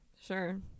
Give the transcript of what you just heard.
Sure